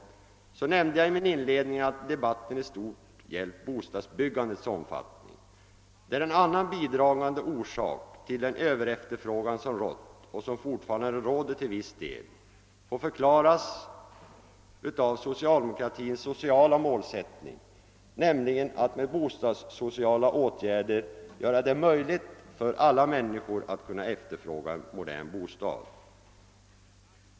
Jag nämnde i min inledning att debatten i stort gällt bostadsbyggandets omfattning, där en annan bidragande orsak till den överefterfrågan som rått och som fortfarande råder till viss del får förklaras av socialdemokratins sociala mälsättning, nämligen att med bostadssociala åtgärder göra det möjligt för alla människor att kunna efterfråga en modern bostad.